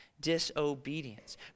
disobedience